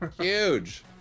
Huge